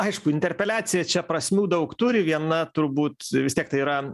aišku interpeliacija čia prasmių daug turi viena turbūt vis tiek tai yra